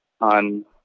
on